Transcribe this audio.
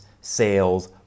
sales